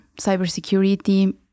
cybersecurity